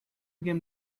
came